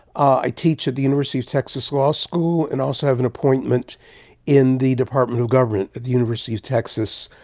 i teach at the university of texas law school and also have an appointment in the department of government at the university of texas,